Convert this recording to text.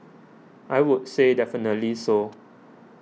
I would say definitely so